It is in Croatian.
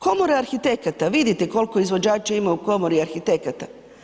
Komora arhitekata vidite koliko izvođača ima u komori arhitekata.